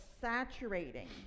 saturating